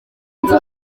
nzu